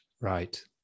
right